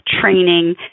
training